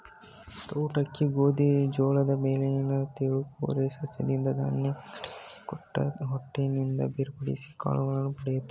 ತೌಡು ಅಕ್ಕಿ ಗೋಧಿ ಜೋಳದ ಮೇಲಿನ ತೆಳುಪೊರೆ ಸಸ್ಯದಿಂದ ಧಾನ್ಯ ವಿಂಗಡಿಸಿ ಕುಟ್ಟಿ ಹೊಟ್ಟಿನಿಂದ ಬೇರ್ಪಡಿಸಿ ಕಾಳನ್ನು ಪಡಿತರೆ